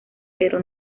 pero